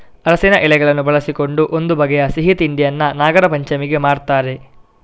ಅರಸಿನ ಎಲೆಗಳನ್ನು ಬಳಸಿಕೊಂಡು ಒಂದು ಬಗೆಯ ಸಿಹಿ ತಿಂಡಿಯನ್ನ ನಾಗರಪಂಚಮಿಗೆ ಮಾಡ್ತಾರೆ